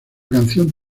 canción